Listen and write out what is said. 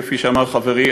כפי שאמר חברי,